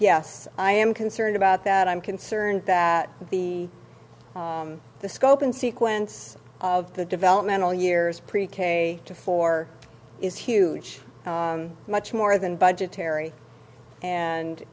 yes i am concerned about that i'm concerned that the the scope and sequence of the developmental years pre k to four is huge much more than budgetary and